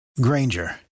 Granger